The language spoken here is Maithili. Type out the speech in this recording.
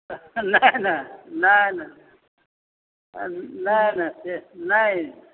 नहि नहि नहि नहि नहि नहि से नहि